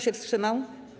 się wstrzymał?